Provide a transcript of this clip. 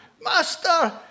Master